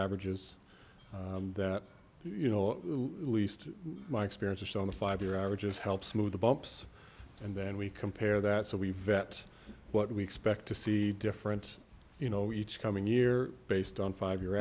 average is that you know least my experience on the five year averages help smooth the bumps and then we compare that so we vet what we expect to see different you know each coming year based on five y